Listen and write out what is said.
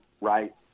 right